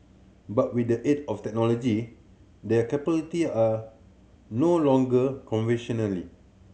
but with the aid of technology their capability are no longer conventionally